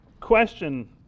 question